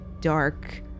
dark